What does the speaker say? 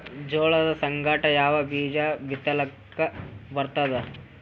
ಜೋಳದ ಸಂಗಾಟ ಯಾವ ಬೀಜಾ ಬಿತಲಿಕ್ಕ ಬರ್ತಾದ?